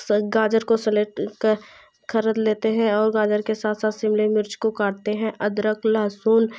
गाजर को स्लेट कर खरीद लेते हैं और गाजर के साथ साथ शिमला मिर्च को साथ काटते हैं अदरक लहसुन